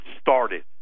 started